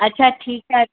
अच्छा ठीकु आहे